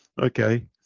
Okay